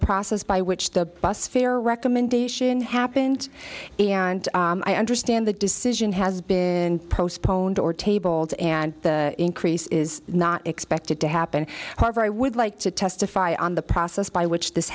process by which the bus fare recommendation happened and i understand the decision has been postponed or tabled and the increase is not expected to happen however i would like to testify on the process by which this